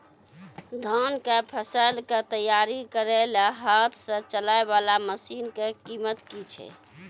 धान कऽ फसल कऽ तैयारी करेला हाथ सऽ चलाय वाला मसीन कऽ कीमत की छै?